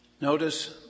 Notice